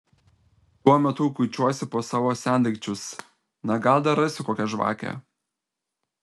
tuo metu kuičiuosi po savo sendaikčius na gal dar rasiu kokią žvakę